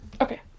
Okay